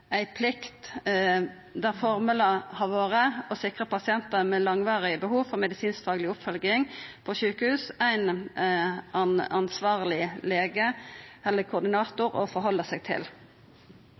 ei plikt der formålet har vore å sikra at pasientar med langvarig behov for medisinskfagleg oppfølging på sjukehus har ein ansvarleg lege eller